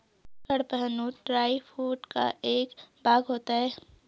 कड़पहनुत dry food का एक भाग होता है